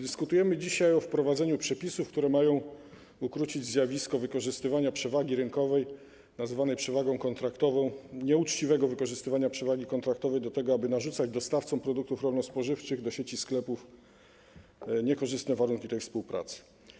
Dyskutujemy dzisiaj o wprowadzeniu przepisów, które mają ukrócić zjawisko wykorzystywania przewagi rynkowej nazywanej przewagą kontraktową, nieuczciwego wykorzystywania przewagi kontraktowej do tego, aby narzucać dostawcom produktów rolno-spożywczych do sieci sklepów niekorzystne warunki tej współpracy.